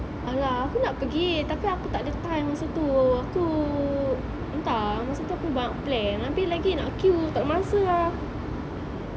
!alah! aku nak pergi tapi aku takda time masa tu tu entah ah masa tu aku banyak plan abeh lagi nak queue takda masa ah